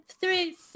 three